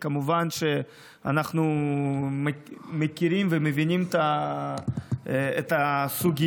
כמובן, אנחנו מכירים ומבינים את הסוגיה.